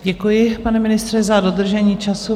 Děkuji, pane ministře, za dodržení času.